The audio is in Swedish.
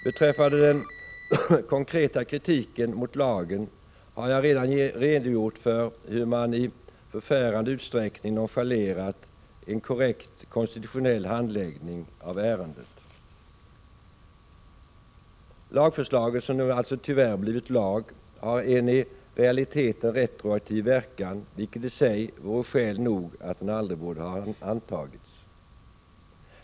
Beträffande den konkreta kritiken mot lagen har jag redan redogjort för hur man i förfärande utsträckning har nonchalerat en korrekt konstitutionell handläggning av ärendet. Lagförslaget, som nu alltså tyvärr blivit lag, har en i realiteten retroaktiv verkan, vilket i sig vore skäl nog för att den aldrig borde ha antagits.